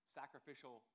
sacrificial